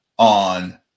on